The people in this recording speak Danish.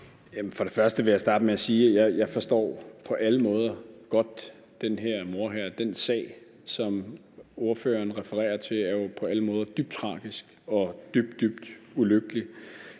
og fremmest vil jeg starte med at sige, at jeg på alle måder godt forstår den her mor. Den sag, som ordføreren refererer til, er jo på alle måder dybt tragisk og dybt, dybt ulykkelig